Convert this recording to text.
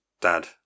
dad